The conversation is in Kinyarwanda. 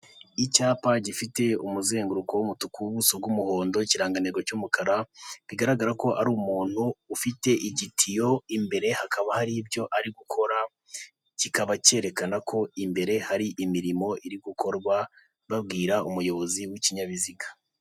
Icyapa gifite umuzenguruko w'umutuku, ubuso bw'umuhondo, ikirangantego cy'umukara, bigaragara ko ari umuntu ufite igitiyo, imbere hakaba hari ibyo ari gukora, kikaba cyerekana ko imbere hari imirimo iri gukorwa, babwira umuyobozi w'ikinyabiziga.